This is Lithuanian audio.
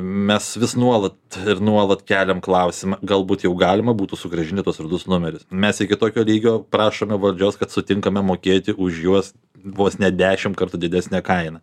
mes vis nuolat ir nuolat keliam klausimą galbūt jau galima būtų sugrąžinti tuos rudus numerius mes iki tokio lygio prašome valdžios kad sutinkame mokėti už juos vos ne dešimt kartų didesnę kainą